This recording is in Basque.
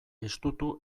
estutu